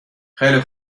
خیلی